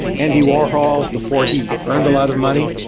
andy warhol, before he earned a lot of money,